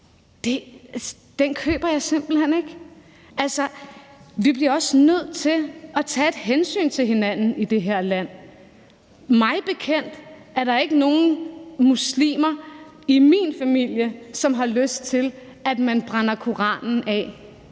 gaden, køber jeg simpelt hen ikke. Altså, vi bliver også nødt til at tage et hensyn til hinanden i det her land. Mig bekendt er der ikke nogen muslimer i min familie, som har lyst til, at man brænder koranen af.